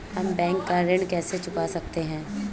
हम बैंक का ऋण कैसे चुका सकते हैं?